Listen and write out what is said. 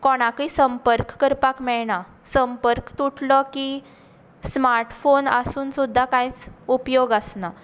कोणाकूच संपर्क करपाक मेळना संपर्क तुटलो की स्मार्टफॉन आसून सुद्दां कांयच उपयोग ना